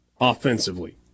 offensively